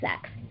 sex